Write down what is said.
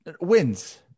Wins